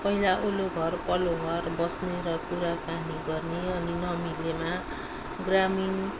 पहिला वल्लो घर पल्लो घर बस्ने र कुराकानी गर्ने अनि नमिलेमा ग्रामीण